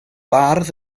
bardd